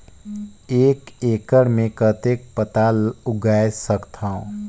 एक एकड़ मे कतेक पताल उगाय सकथव?